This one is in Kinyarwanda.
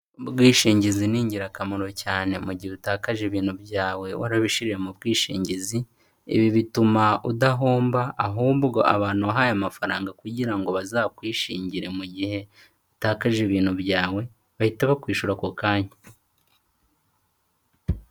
Ubwishingizi ni ingirakamaro cyane. Mu gihe utakaje ibintu byawe warabishyize mu bwishingizi, ibi bituma udahomba ahubwo abantu wahaye amafaranga kugira ngo bazakwishingire mu gihe utakaje ibintu byawe bahita bakwishyura ako kanya.